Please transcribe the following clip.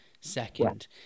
second